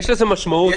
יש לזה משמעות.